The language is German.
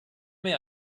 mehr